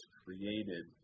created